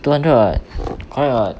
two hundred [what] correct [what]